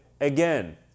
again